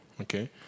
Okay